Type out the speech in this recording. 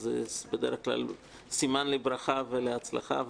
אז בדרך כלל סימן לברכה ולהצלחה,